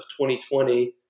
2020